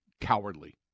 cowardly